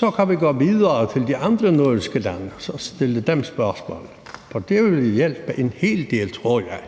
ja, kan vi gå videre til de andre nordiske lande og stille dem spørgsmålet, og det ville hjælpe en hel del, tror jeg.